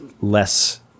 less